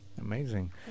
Amazing